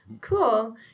cool